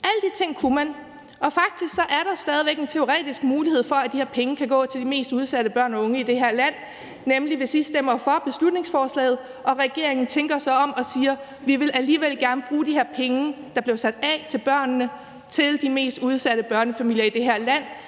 Alle de ting kunne man. Faktisk er der stadig væk en teoretisk mulighed for, at de her penge kan gå til de mest udsatte børn og unge i det her land, nemlig hvis I stemmer for beslutningsforslaget og regeringen tænker sig om og siger: Vi vil alligevel gerne bruge de her penge, der blev sat af til børnene, på de mest udsatte børnefamilier i det her land